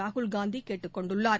ராகுல் காந்திகேட்டுக் கொண்டுள்ளார்